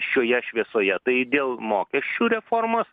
šioje šviesoje tai dėl mokesčių reformos